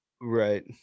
Right